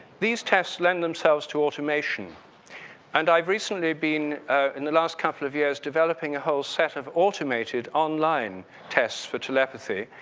these tests lend themselves to automation and i've recently been in the last couple of years developing a whole set of automated online test for telepathy.